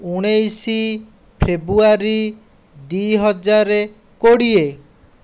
ଉଣେଇଶ ଫେବୃଆରୀ ଦୁଇହଜାର କୋଡ଼ିଏ